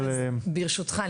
ברשותך,